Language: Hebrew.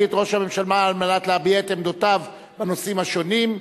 את ראש הממשלה על מנת להביע את עמדותיו בנושאים השונים.